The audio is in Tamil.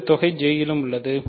பெருக்குத் தொகை J லும் உள்ளது